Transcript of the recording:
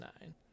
Nine